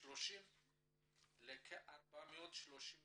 2030 לכ-439 מיליון.